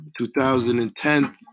2010